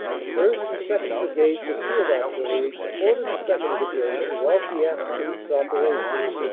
the first. and second. brigades of field artillery supported the second. brigade throughout the afternoon's operations,